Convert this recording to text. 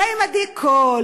ועם עדי קול,